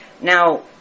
Now